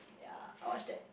ya I watch that